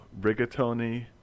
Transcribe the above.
Rigatoni